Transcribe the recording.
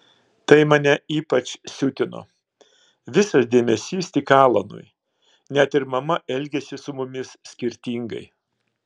tai mane ypač siutino visas dėmesys tik alanui net ir mama elgėsi su mumis skirtingai